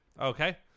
okay